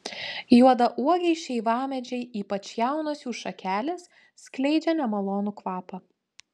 juodauogiai šeivamedžiai ypač jaunos jų šakelės skleidžia nemalonų kvapą